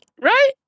right